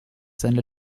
seine